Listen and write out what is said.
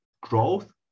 growth